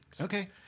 Okay